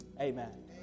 Amen